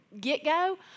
get-go